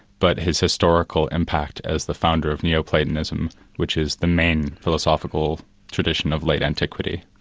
but his historical impact as the founder of neo-platonism which is the main philosophical tradition of late antiquity.